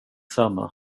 samma